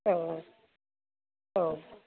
औ औ